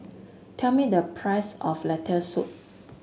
tell me the price of Lentil Soup